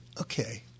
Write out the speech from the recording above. okay